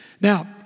Now